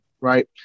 right